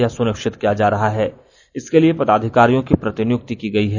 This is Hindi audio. यह सुनिश्चित किया जा रहा है इसके लिए पदाधिकारियों की प्रतिनियुक्ति की गई है